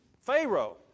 Pharaoh